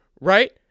right